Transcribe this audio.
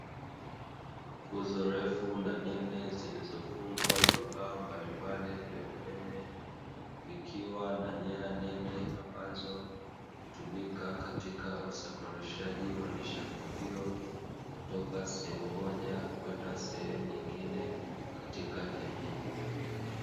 Nguzo ndefu na nene zilizofungwa vifaa mbalimbali vya umeme. Vikiwa na nyaya nene ambazo, hutumika katika usafirishaji wa nishati hiyo, kutoka sehemu moja kwenda sehemu nyingine, katika jamii.